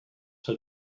her